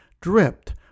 dripped